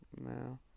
no